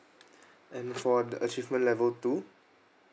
and for the achievement level two